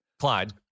Clyde